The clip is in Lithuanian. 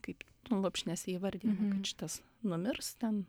kaip lopšinėse įvardijama kad šitas numirs ten